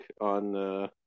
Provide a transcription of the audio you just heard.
on